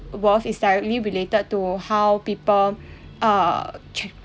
worth is directly related to how people err ch~